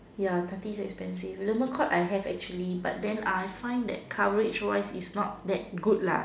ya thirty is expensive never quite I have actually but then I find that coverage wise is not that good lah